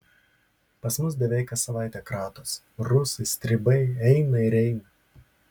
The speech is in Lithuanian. pas mus beveik kas savaitę kratos rusai stribai eina ir eina